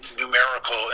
numerical